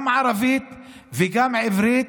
גם ערבית וגם עברית,